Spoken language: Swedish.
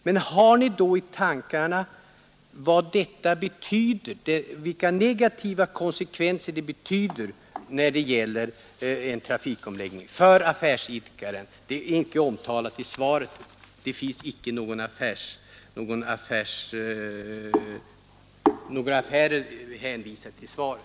Men har ni då i tankarna vad detta betyder, vilka negativa konsekvenser en trafikomläggning får för affärsidkarna? Det är inte berört i svaret.